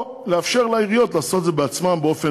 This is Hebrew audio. לדין.